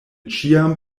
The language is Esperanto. ĉiam